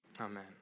Amen